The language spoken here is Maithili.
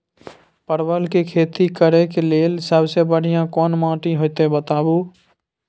परवल के खेती करेक लैल सबसे बढ़िया कोन माटी होते बताबू?